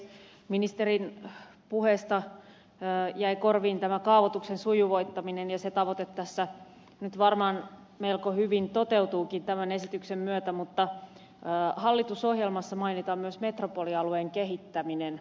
ministerin puheesta jäi korviin tämä kaavoituksen sujuvoittaminen ja se tavoite tässä nyt varmaan melko hyvin toteutuukin tämän esityksen myötä mutta hallitusohjelmassa mainitaan myös metropolialueen kehittäminen